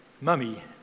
Mummy